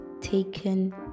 taken